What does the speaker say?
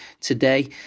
today